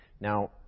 Now